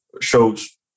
shows